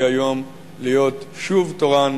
אף-על-פי שנפל בחלקי היום להיות שוב תורן,